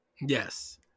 Yes